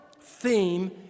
theme